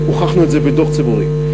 והוכחנו את זה בדוח ציבורי.